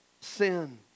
sin